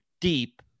deep